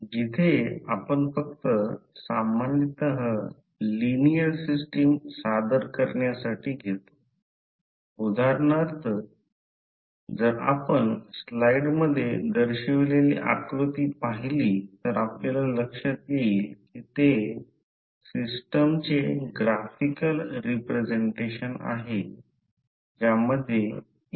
तर प्रत्यक्षात फक्त एक मॅग्नेटिक सर्किट मॅग्नेटच्या सभोवतालच्या क्षेत्राला मॅग्नेटिक फिल्ड म्हणतात आणि या क्षेत्रात असे म्हणतात की तयार झालेला मॅग्नेटिक फोर्सचा परिणाम मॅग्नेट वापरून शोधला जाऊ शकतो